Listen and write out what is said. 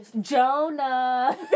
Jonah